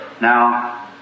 Now